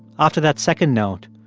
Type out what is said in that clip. after that second note,